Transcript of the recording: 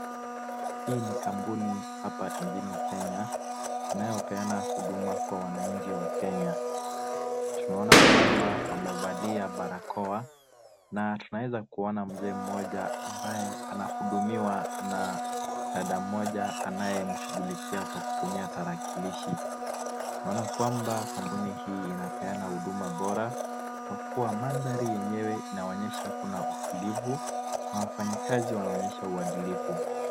Hii ni kampuni hapa nchini Kenya inayopeana huduma kwa wananchi wa Kenya. Tunaona kwamba wamevalia barakoa na tunawdza kuona mzee mmoja ambaye anahudumiwa na dada mmoja anayemshughulikia kwa kutumia tarakirishi. Tunaona kwamba kampuni hii inapeana huduma bora kwa kuwa mandhari yenyewe inaonyesha kuna utulivu na wafanyikazi wanaonyesha uadilifu.